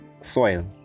soil